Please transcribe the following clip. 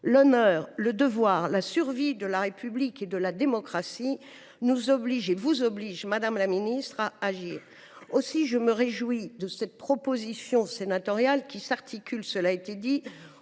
L’honneur, le devoir, la survie de la République et de la démocratie nous obligent – et vous obligent, madame la ministre – à agir. Je réjouis donc de cette proposition sénatoriale, qui s’articule autour de